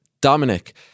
Dominic